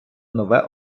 нове